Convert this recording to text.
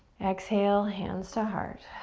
exhale, hands to heart.